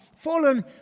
fallen